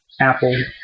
Apple